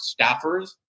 staffers